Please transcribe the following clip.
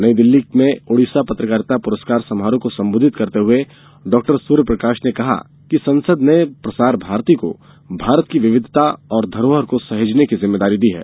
नई दिल्ली में ओडिसा पत्रकारिता पुरस्कार समारोह को संबोधित करते हुए डॉक्टर सूर्यप्रकाश ने कहा कि संसद ने प्रसार भारती को भारत की विविधता और धरोहर को सहेजने की जिम्मेदारी दी है